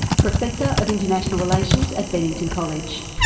professor of international relations at bennington college.